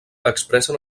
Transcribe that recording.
expressen